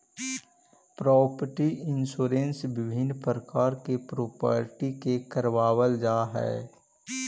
property insurance विभिन्न प्रकार के प्रॉपर्टी के करवावल जाऽ हई